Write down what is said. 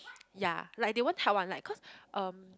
ya like they won't help [one] cause um